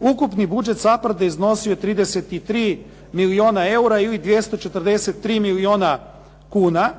Ukupni budžet SAPARD-a iznosio je 33 milijuna eura ili 243 milijuna kuna.